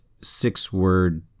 six-word